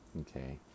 okay